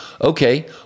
okay